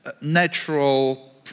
natural